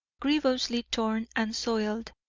grievously torn and soiled,